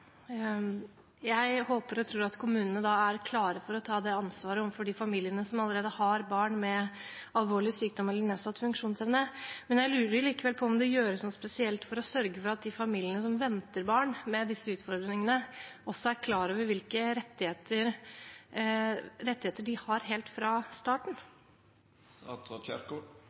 Jeg håper og tror at kommunene da er klare til å ta det ansvaret overfor de familiene som allerede har barn med alvorlig sykdom eller nedsatt funksjonsevne. Jeg lurer likevel på om det gjøres noe spesielt for å sørge for at de familiene som venter barn med disse utfordringene også er klar over hvilke rettigheter de har helt fra